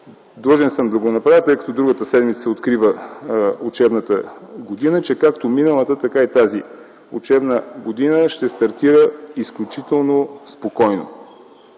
длъжен съм да го направя, тъй като другата седмица се открива учебната година, че както миналата, така и тази учебна година ще стартира изключително спокойно.